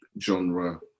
genre